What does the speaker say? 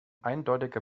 eindeutiger